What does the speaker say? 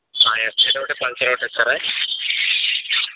FZ ఒకటి Pulsar ఒకటి ఇస్తారా